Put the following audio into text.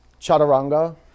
chaturanga